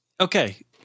Okay